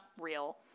real